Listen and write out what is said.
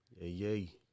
Yay